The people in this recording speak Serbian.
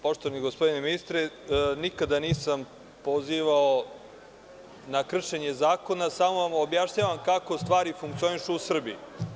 Poštovani gospodine ministre, nikada nisam pozivao na kršenje zakona, samo vam objašnjavam kako stvari funkcionišu u Srbiji.